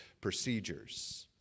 procedures